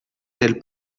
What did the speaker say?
del